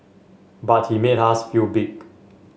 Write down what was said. but he made us feel big